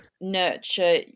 nurture